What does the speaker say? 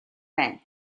байна